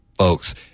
folks